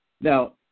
Now